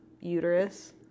uterus